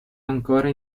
ancora